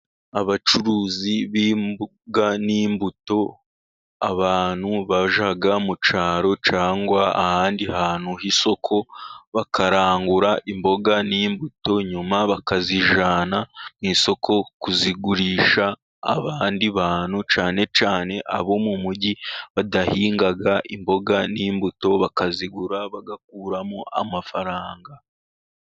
Abacuruzi b'imboga n'imbuto, abantu bajya mu cyaro cyangwa ahandi hantu h'isoko bakarangura imboga n'imbuto nyuma bakazijyana mu isoko kuzigurisha abandi bantu cyane cyane abo mu mugi badahinga imboga n'imbuto bakazigura bagakuramo amafaranga.